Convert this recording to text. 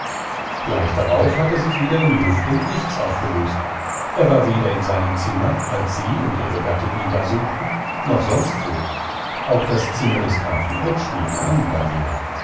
gleich darauf hat er sich wieder in luft und nichts aufgelöst er war weder in seinem zimmer als sie und ihre gattin ihn da suchten noch sonstwo auch das zimmer des grafen oetsch nebenan war leer